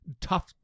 tough